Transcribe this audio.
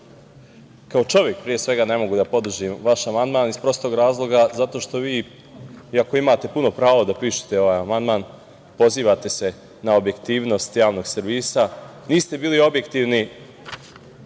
kao čovek pre svega ne mogu da podržim vaš amandman iz prostog razloga zato što vi iako imate puno pravo da pišete ovaj amandamn se pozivate na objektivnost javnog servisa, niste bili objektivni